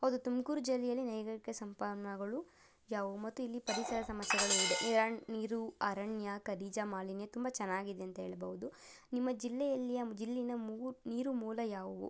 ಹೌದು ತುಮಕೂರು ಜಿಲ್ಲೆಯಲ್ಲಿ ನೈಸರ್ಕಿಕ ಸಂಪನ್ಮೂಲಗಳು ಯಾವುವು ಮತ್ತು ಇಲ್ಲಿ ಪರಿಸರ ಸಮಸ್ಯೆಗಳು ಇದೆ ಇರನ್ ನೀರು ಅರಣ್ಯ ಖನಿಜಮಾಲಿನ್ಯ ತುಂಬ ಚೆನ್ನಾಗಿದೆ ಅಂತ ಹೇಳ್ಬೋದು ನಿಮ್ಮ ಜಿಲ್ಲೆಯಲ್ಲಿಯ ಜಿಲ್ಲೆಯ ಮೂ ನೀರು ಮೂಲ ಯಾವುವು